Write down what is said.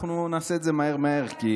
אנחנו נעשה את זה מהר מהר,